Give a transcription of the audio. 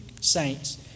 saints